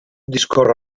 discorre